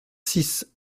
six